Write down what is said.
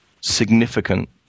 significant